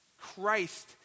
Christ